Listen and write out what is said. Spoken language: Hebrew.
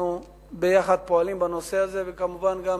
אנחנו פועלים יחד בנושא הזה, וכמובן, גם